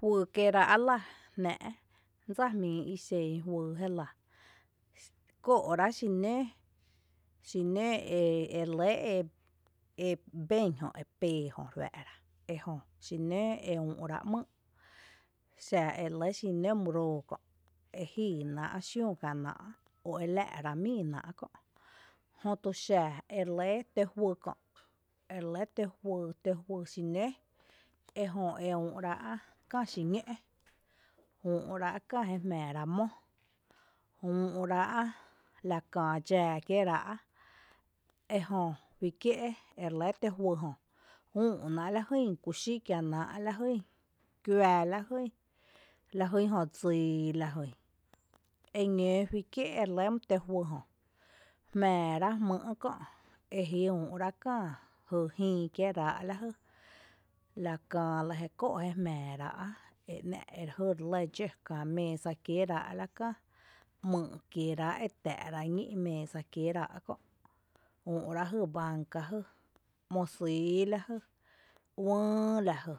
Juyy kiéerá’ lⱥ jnⱥⱥ’ dsa jmíi i xen juyy jélⱥ, kóo’rá’ xi nǿǿ, xi nǿǿ ere lɇ e e bén jö e pee jö re juⱥⱥ’ra ejö xi nǿǿ e úu’ ráa’ ´mýy’ xa ere lɇ nǿǿ myroo kö’ e jíináa’ xiüü kiénáa’ o l ⱥⱥ’ rá’ míináa’ kö’, jötu xa e re lɇ tǿǿ juý kö’, e re lɇ tǿǿ juý xi nǿǿ ejö e úu’ rá’ kää xíñǿ’, úu’ rá’ kää jé jmⱥⱥ ra’ mó, úu’ rá’ kää dxáa kiéera’, ejö juí kié’ ere lǿ tǿ juý jö, üu’ náa’ lajyn kúxí kienaa’ lajýn kuⱥ la jýn, la jýn jö dsii la jyn, eñǿǿ juí kié’ ere lɇ mý tǿǿ juý jö, jmⱥⱥ ra’ jmý’ kö’ eji úü’ kää jy jïi kieerá’ lajy, la kää lɇ jé kóo’ jé jmⱥⱥ ra’, e ‘nⱥⱥ’ re jý re lé dxǿ´kää méesa kieerá’ la kää, ‘myy’ kieerá’ e tⱥⱥ’ rá’ ñí’ mesa kieerá’ kö’, úu’ rá’ jý báanca jý ‘mo sýy lajy, uïï lajy,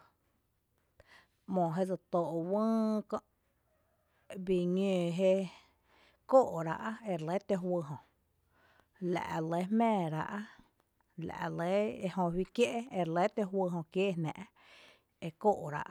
‘mo jé dse tóo’ uïï kö’, bii ñǿǿ jé kóo’rá’ jére lɇ tǿǿ juý jö. La’ lɇ jmⱥⱥ ra’, la’ lɇ, ejö juí kié’ tǿǿ juý jö kiée jnⱥⱥ’.